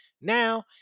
now